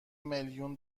میلیون